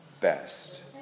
best